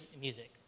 music